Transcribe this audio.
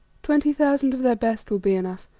twenty thousand of their best will be enough,